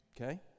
Okay